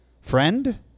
Friend